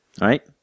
Right